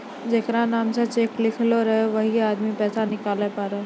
जेकरा नाम से चेक लिखलो रहै छै वैहै आदमी पैसा निकालै पारै